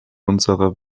unserer